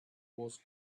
was